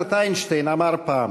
אלברט איינשטיין אמר פעם: